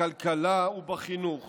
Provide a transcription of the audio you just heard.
בכלכלה ובחינוך